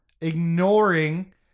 ignoring